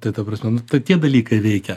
tai ta prasme nu tai tie dalykai veikia